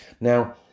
Now